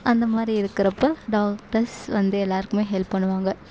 அந்த மாதிரி இருக்கிறப்ப டாக்டர்ஸ் வந்து எல்லாருக்குமே ஹெல்ப் பண்ணுவாங்க